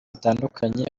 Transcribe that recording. bitandukanye